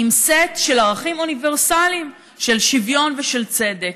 עם סט של ערכים אוניברסליים של שוויון ושל צדק.